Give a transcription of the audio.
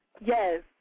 Yes